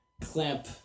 Clamp